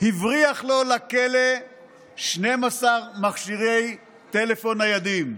הבריח לו לכלא 12 מכשירי טלפון ניידים.